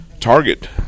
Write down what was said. Target